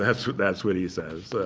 that's what that's what he says.